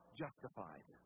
justified